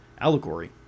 allegory